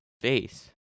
face